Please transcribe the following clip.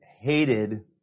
hated